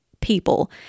people